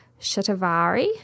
Shatavari